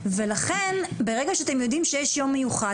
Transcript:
לכן ברגע שאתם יודעים שיש יום מיוחד,